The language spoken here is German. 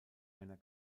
einer